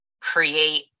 create